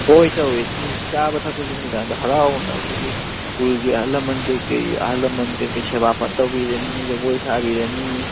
ꯍꯣꯏ ꯇꯧꯋꯦ ꯆꯥꯕ ꯊꯛꯄꯁꯤ ꯅꯨꯃꯤꯗꯥꯡꯗ ꯍꯔꯥꯎꯅ ꯑꯩꯈꯣꯏꯒꯤ ꯈꯨꯜꯒꯤ ꯑꯍꯜ ꯂꯃꯟ ꯀꯔꯤ ꯀꯔꯤ ꯑꯍꯜ ꯂꯥꯃꯟ ꯀꯔꯤ ꯀꯔꯤ ꯁꯦꯕꯥ ꯐꯖꯅ ꯇꯧꯕꯤꯔꯅꯤ ꯖꯥꯒꯣꯏ ꯁꯥꯕꯤꯔꯅꯤ